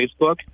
Facebook